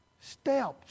steps